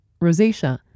rosacea